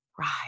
rise